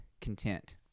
content